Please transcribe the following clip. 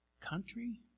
country